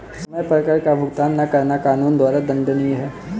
समय पर कर का भुगतान न करना कानून द्वारा दंडनीय है